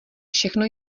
všecko